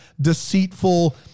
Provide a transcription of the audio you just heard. deceitful